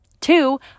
Two